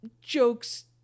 jokes